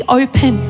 open